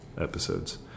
episodes